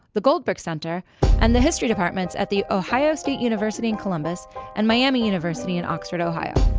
the goldberg center and the history departments at the ohio state university in columbus and miami university and oxford, ohio.